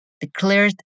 declared